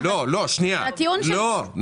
כי זה לא מה שאני הבנתי מכם גם